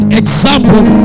example